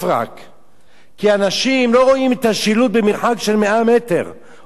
כי אנשים לא רואים את השילוט במרחק של 100 מטר או 120 מטר.